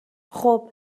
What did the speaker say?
خوب